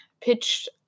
pitched